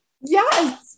yes